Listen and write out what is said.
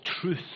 truth